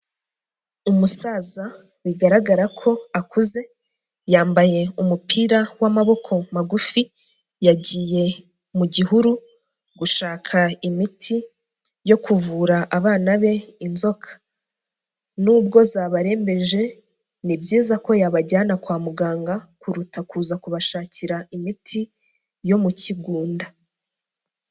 Umusaza bigaragara ko akuze, yambaye umupira w'amaboko magufi, yagiye mu gihuru gushaka imiti yo kuvura abana be inzoka, n'ubwo zabarembeje, ni byiza ko yabajyana kwa muganga kuruta kuza kubashakira imiti yo mu kigunda.